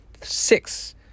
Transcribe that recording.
six